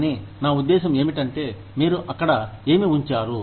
కానీ నా ఉద్దేశం ఏమిటంటే మీరు అక్కడ ఏమి ఉంచారు